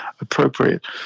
appropriate